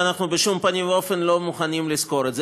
ואנחנו בשום פנים ואופן לא מוכנים לזכור את זה.